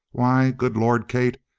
why good lord, kate,